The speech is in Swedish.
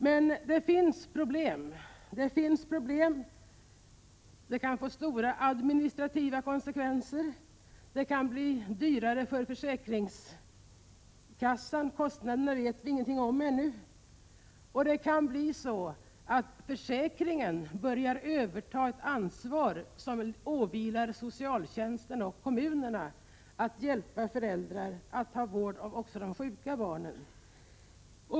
Men det finns problem. Det blir kanske stora administrativa konsekvenser, och det kan bli dyrare för försäkringskassan. Vi vet ingenting om kostnaderna ännu. Det kan också bli så att försäkringen övertar ett ansvar som åvilar socialtjänsten och kommunerna, att hjälpa föräldrar med vård av också de sjuka barnen.